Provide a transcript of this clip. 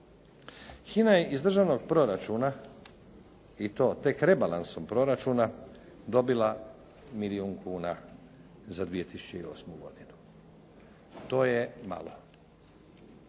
HINA je iz državnog proračuna i to tek rebalansom proračuna dobila milijun kuna za 2008. godinu. To je malo